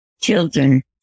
children